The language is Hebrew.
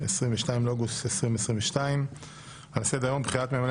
22 באוגוסט 2022. על סדר היום: בחירת ממלא